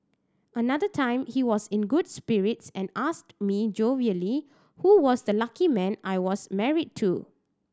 another time he was in good spirits and asked me jovially who was the lucky man I was married to